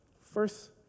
First